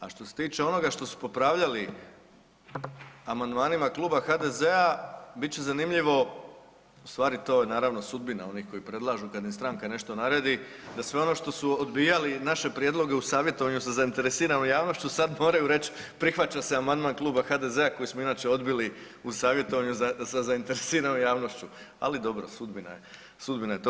A što se tiče onoga što su popravljali amandmanima Kluba HDZ-a bit će zanimljivo, u stvari to je naravno sudbina onih koji predlažu kad im stranka nešto naredi da sve ono što su odbijali naše prijedloge u savjetovanju sa zainteresiranom javnošću sad moraju reći prihvaća se amandman Kluba HDZ-a koji smo inače odbili u savjetovanju sa zainteresiranom javnošću, ali dobro sudbina, sudbina je to.